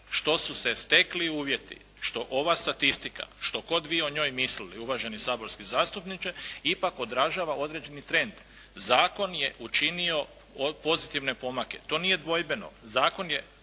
što su se stekli uvjeti, što ova statistika, što god vi o njoj mislili, uvaženi saborski zastupniče, ipak odražava određeni trend. Zakon je učinio pozitivne pomake, to nije dvojbeno. Zakon je